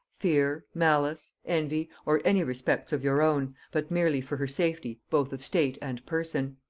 fear, malice, envy, or any respects of your own, but merely for her safety both of state and person.